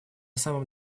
самом